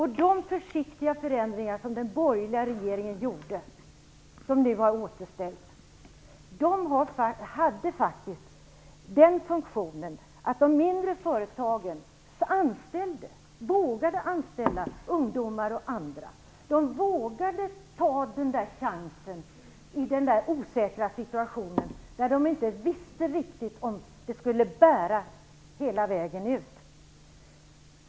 De försiktiga förändringar som den borgerliga regeringen gjorde, som nu har återställts, hade faktiskt den funktionen att de mindre företagen vågade anställa ungdomar och andra. De vågade ta den där chansen i den osäkra situationen där de inte visste riktigt om det skulle bära hela vägen ut.